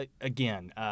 again